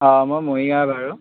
অ মই মৰিগাঁৱৰ বাৰু